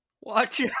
Watch